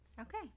Okay